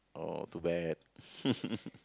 oh too bad